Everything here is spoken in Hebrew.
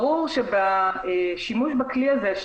ברור שבשימוש בכלי הזה,